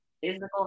physical